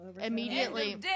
immediately